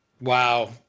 Wow